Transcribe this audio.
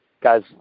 guys